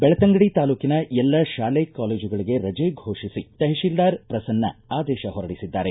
ಬೆಳ್ತಂಗಡಿ ತಾಲೂಕಿನ ಎಲ್ಲ ತಾಲೆ ಕಾಲೇಜುಗಳಿಗೆ ರಜೆ ಘೋಷಿಸಿ ತಹಶೀಲ್ದಾರ್ ಪ್ರಸನ್ನ ಆದೇಶ ಹೊರಡಿಸಿದ್ದಾರೆ